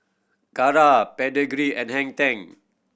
Kara Pedigree and Heng Ten